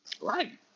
Right